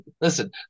listen